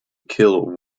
kill